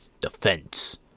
defense